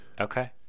Okay